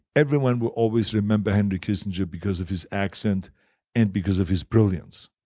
everyone will always remember henry kissinger because of his accent and because of his brilliance.